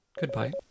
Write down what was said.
Goodbye